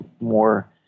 more